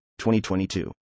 2022